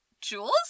Jules